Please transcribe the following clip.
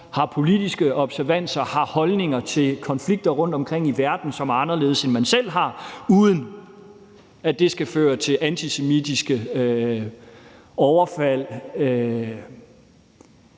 har politiske observanser og har holdninger til konflikter rundtomkring i verden, som er anderledes end dem, man selv har, uden at det skal føre til antisemitiske overfald,